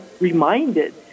reminded